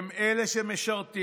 הם אלה שמשרתים.